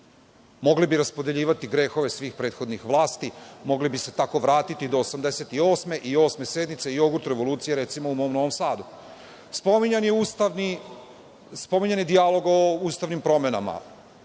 Mogli bi raspodeljivati grehove svih prethodnih vlasti, mogli bi se tako vratiti do 88. i 8. sednice i Jogurt revolucije, recimo, u mom Novom Sadu. Spominjan je dijalog o ustanim promenama,